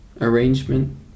arrangement